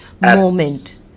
moment